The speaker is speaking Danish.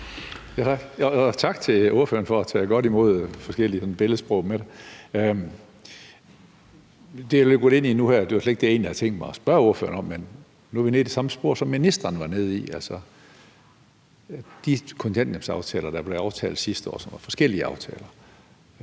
Tak til ordføreren for at tage godt imod de forskellige billedsprog. Det, jeg vil gå ind i nu, var slet ikke det, jeg havde tænkt mig at spørge ordføreren om, men nu er vi nede i det samme spor, som ministeren var nede i, altså de kontanthjælpsaftaler, der blev aftalt sidste år, og som var forskellige aftaler.